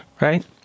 right